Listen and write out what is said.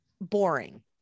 Boring